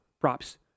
props